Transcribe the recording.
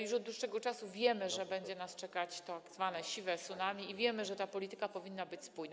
Już od dłuższego czasu wiemy, że będzie nas czekać tzw. siwe tsunami, wiemy, że ta polityka powinna być spójna.